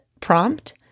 prompt